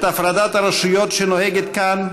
את הפרדת הרשויות שנוהגת כאן,